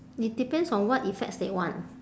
it depends on what effects they want